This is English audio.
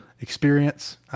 experience